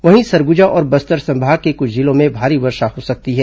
वहीं सरगुजा और बस्तर संभाग के कुछ जिलों में भारी वर्षा हो सकती है